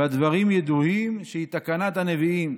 והדברים ידועים שהיא תקנת הנביאים.